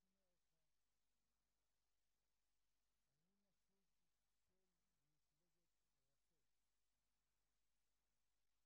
הימים שאנחנו נמצאים בהם כמובן רק מדגישים את החומרה.